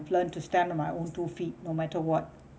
I've learn to stand on my own two feet no matter what